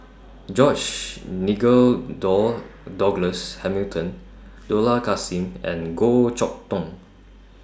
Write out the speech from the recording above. George Nigel Door Douglas Hamilton Dollah Kassim and Goh Chok Tong